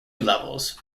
levels